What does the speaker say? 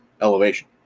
Elevation